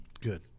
good